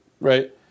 right